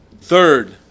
Third